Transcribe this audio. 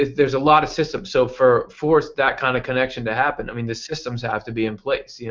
there's a lot of systems. so for for that kind of connection to happen i mean the systems have to be in place. yeah